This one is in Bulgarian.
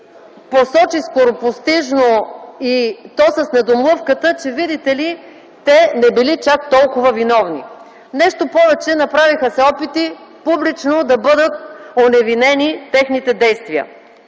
посочи скоропостижно и то с недомлъвката, че, виждате ли, те не били чак толкова виновни. Нещо повече, направиха се опити публично да бъдат оневинени техните действия.